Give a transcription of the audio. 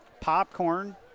popcorn